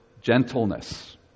gentleness